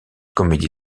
comédie